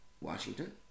Washington